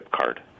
card